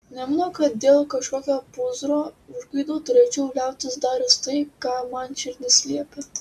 nemanau kad dėl kažkokio pūzro užgaidų turėčiau liautis daręs tai ką man širdis liepia